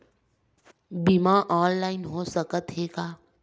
बीमा ऑनलाइन हो सकत हे का?